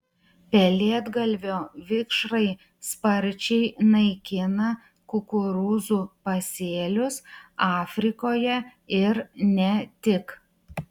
pelėdgalvio vikšrai sparčiai naikina kukurūzų pasėlius afrikoje ir ne tik